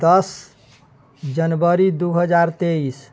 दस जनवरी दू हजार तेइस